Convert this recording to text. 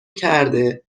کرده